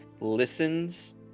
listens